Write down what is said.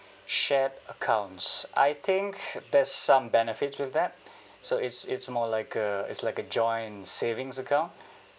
shared accounts I think there's some benefits with that so it's it's more like uh it's like a joint savings account